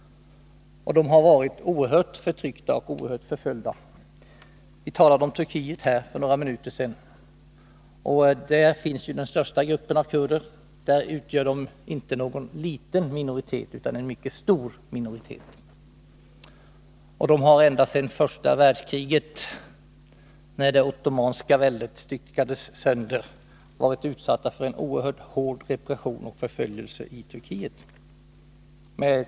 De har varit oerhört förtryckta och oerhört förföljda. Vi talade om Turkiet för några minuter sedan. Där finns ju den största gruppen av kurder, och där utgör de inte någon liten minoritet utan en mycket stor minoritet. De har ända sedan första världskriget, när det ottomanska väldet styckades sönder, varit utsatta för en oerhört hård repression och förföljelse i Turkiet.